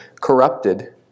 corrupted